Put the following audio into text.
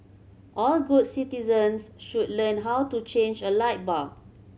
all good citizens should learn how to change a light bulb